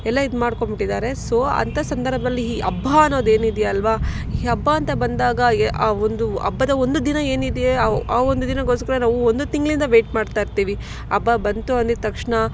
ಎಲ್ಲ ಇದು ಮಾಡ್ಕೊಂಬಿಟ್ಟಿದ್ದಾರೆ ಸೊ ಅಂತ ಸಂದರ್ಭದಲ್ಲಿ ಈ ಹಬ್ಬ ಅನ್ನೋದೇನಿದ್ಯಲ್ವ ಈ ಹಬ್ಬ ಅಂತ ಬಂದಾಗ ಎ ಆ ಒಂದು ಹಬ್ಬದ ಒಂದು ದಿನ ಏನಿದೆ ಆವ್ ಆ ಒಂದು ದಿನಕ್ಕೊಸ್ಕರ ನಾವು ಒಂದು ತಿಂಗಳಿಂದ ವೆಯ್ಟ್ ಮಾಡ್ತಾ ಇರ್ತೀವಿ ಹಬ್ಬ ಬಂತು ಅಂದಿದ್ದ ತಕ್ಷಣ